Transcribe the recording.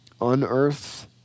unearth